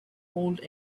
old